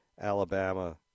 Alabama